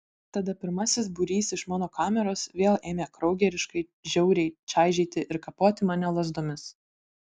tada pirmasis būrys iš mano kameros vėl ėmė kraugeriškai žiauriai čaižyti ir kapoti mane lazdomis